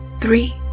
three